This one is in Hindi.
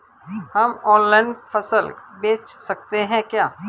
हम ऑनलाइन फसल बेच सकते हैं क्या?